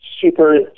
super